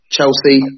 Chelsea